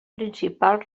principal